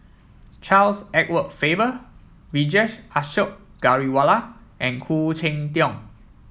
Charles Edward Faber Vijesh Ashok Ghariwala and Khoo Cheng Tiong